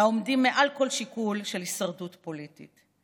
העומדים מעל כל שיקול של הישרדות פוליטית.